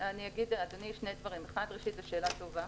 אדוני, ראשית, זו שאלה טובה.